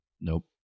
Nope